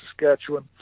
Saskatchewan